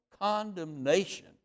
condemnation